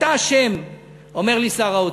אתה אשם, אומר לי שר האוצר.